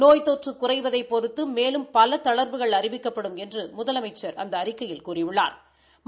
நோய் தொற்று குறைவதைப் பொறுத்து மேலும் பல தளா்வுகள் அறிவிக்கப்படும் என்றும் முதலமைச்சா் அந்த அறிக்கையில் கூறியுள்ளாா்